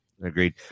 Agreed